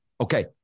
Okay